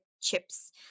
chips